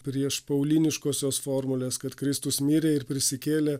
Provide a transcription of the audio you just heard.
prieš pauliniškosios formulės kad kristus mirė ir prisikėlė